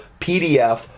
PDF